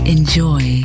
Enjoy